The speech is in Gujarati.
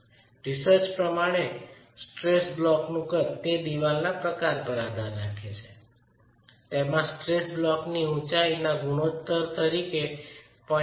રીસર્ચ પ્રમાણે સ્ટ્રેસ બ્લોકનું કદ તે ચણતરના પ્રકાર પર આધાર રાખે છે તેમાં સ્ટ્રેસ બ્લોકની ઊચાઈ ના ગુણોત્તર તરીકે 0